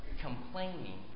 complaining